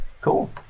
Cool